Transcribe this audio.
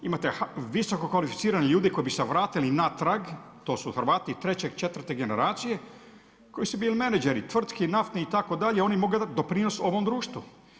Imate visoko kvalificiranih ljudi koji bi se vratili natrag, to su Hrvati treće, četvrte generaciji koji su bili menadžeri tvrtki naftnih itd. oni mogu dati doprinos ovom društvu.